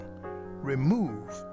remove